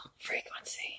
frequency